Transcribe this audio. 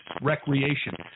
recreation